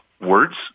words